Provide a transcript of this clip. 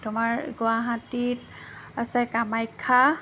তোমাৰ গুৱাহাটীত আছে কামাখ্যা